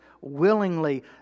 willingly